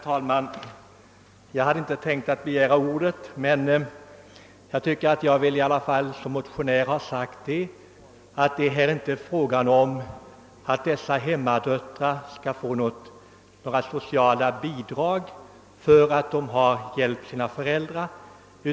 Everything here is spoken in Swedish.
Herr talman! Jag hade inte tänkt att begära ordet, men jag tycker att jag som motionär i alla fall vill ha sagt, att vårt förslag inte syftar till att ge hemmadöttrarna några sociala bidrag för att de hjälpt sina föräldrar.